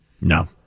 No